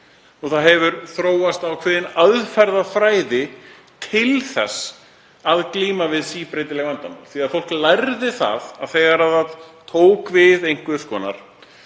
Það hefur þróast ákveðin aðferðafræði til þess að glíma við síbreytileg vandamál. Fólk lærði það að þegar það tók við verki